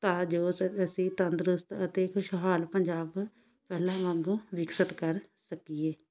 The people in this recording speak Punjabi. ਤਾਂ ਜੋ ਅਸ ਅਸੀਂ ਤੰਦਰੁਸਤ ਅਤੇ ਖੁਸ਼ਹਾਲ ਪੰਜਾਬ ਪਹਿਲਾਂ ਵਾਂਗੂ ਵਿਕਸਿਤ ਕਰ ਸਕੀਏ